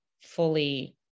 fully